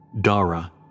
Dara